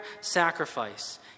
sacrifice